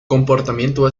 comportamiento